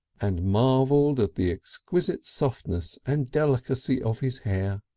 and marvelled at the exquisite softness and delicacy of his hair,